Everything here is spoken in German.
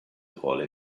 rolle